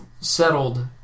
settled